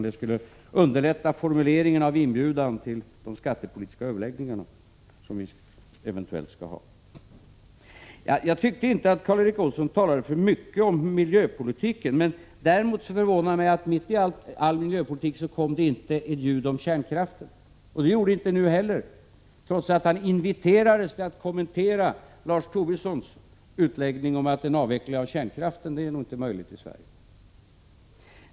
— det skulle underlätta formuleringen av inbjudan till de skattepolitiska överläggningar som vi eventuellt skall ha. Jag tyckte inte att Karl Erik Olsson talade för mycket om miljöpolitiken. Däremot förvånade det mig att det mitt i all miljöpolitik inte kom ett ljud om kärnkraften. Det gjorde det inte nu heller, trots att han inviterades till att kommentera Lars Tobissons utläggning om att en avveckling av kärnkraften inte är möjlig i Sverige.